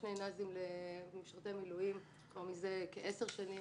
שני נ"זים למשרתי מילואים כבר מזה כעשר שנים,